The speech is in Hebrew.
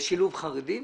לשילוב חרדים